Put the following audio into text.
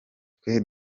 twe